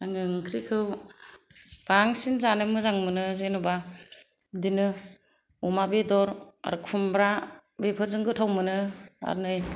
आङो ओंख्रिखौ बांसिन जानो मोजां मोनो जेनेबा बिदिनो अमा बेदर खुमब्रा बेफोरजों गोथाव मोनो